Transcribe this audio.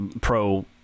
pro